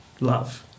Love